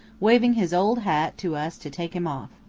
waving his old hat to us to take him off.